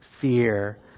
fear